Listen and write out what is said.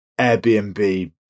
Airbnb